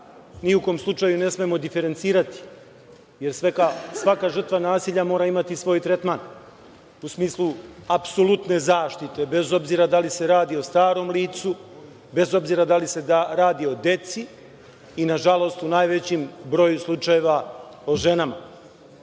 ni u kom slučaju ne smemo diferencirati, jer svaka žrtva nasilja mora imati svoj tretman u smislu apsolutne zaštite, bez obzira da li se radi o starom licu, bez obzira da li se radi o deci i, nažalost, u najvećem broju slučajeva o ženama.